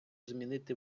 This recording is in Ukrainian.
змінити